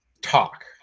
talk